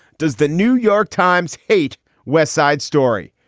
does the new york times hate west side story?